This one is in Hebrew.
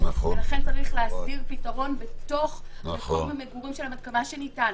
לכן צריך להסדיר פתרון בתוך מקום המגורים שלהם עד כמה שניתן.